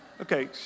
Okay